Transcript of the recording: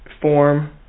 form